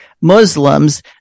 Muslims